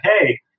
Hey